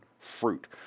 fruit